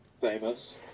famous